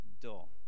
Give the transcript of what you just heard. dull